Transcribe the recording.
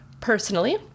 personally